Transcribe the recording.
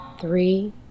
Three